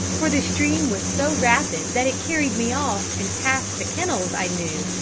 for the stream was so rapid that it carried me off and past the kennels i knew,